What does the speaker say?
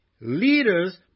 leaders